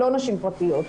הן לא נשים פרטיות.